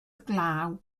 glaw